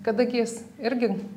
kadagys irgi